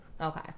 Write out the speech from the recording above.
Okay